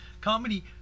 Comedy